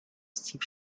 steve